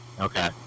okay